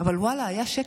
אבל ואללה, היה שקט.